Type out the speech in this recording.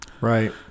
right